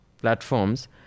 platforms